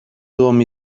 doğum